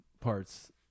parts